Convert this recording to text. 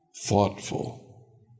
thoughtful